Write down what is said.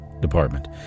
department